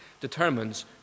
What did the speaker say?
determines